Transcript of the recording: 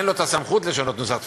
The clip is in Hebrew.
אין לו סמכות לשנות נוסח תפילה.